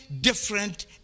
different